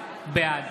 בעד